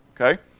okay